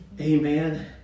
Amen